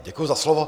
Děkuji za slovo.